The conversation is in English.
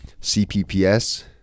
CPPS